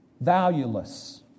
valueless